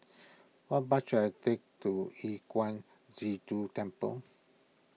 what bus should I take to Yu Huang Zhi Zun Temple